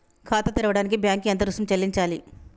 ఖాతా తెరవడానికి బ్యాంక్ కి ఎంత రుసుము చెల్లించాలి?